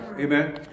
Amen